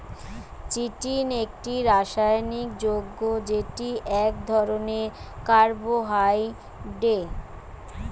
chitin একটি রাসায়নিক যৌগ্য যেটি এক ধরণের কার্বোহাইড্রেট